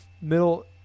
middle